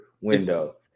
window